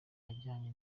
ajyanye